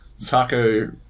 taco